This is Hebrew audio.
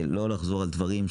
לא לחזור על דברים שנאמרו,